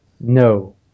No